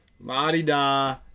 La-di-da